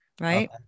Right